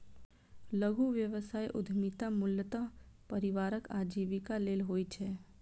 लघु व्यवसाय उद्यमिता मूलतः परिवारक आजीविका लेल होइ छै